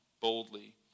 boldly